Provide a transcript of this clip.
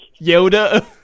Yoda